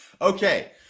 Okay